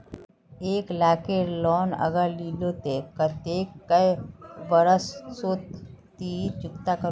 एक लाख केर लोन अगर लिलो ते कतेक कै बरश सोत ती चुकता करबो?